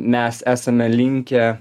mes esame linkę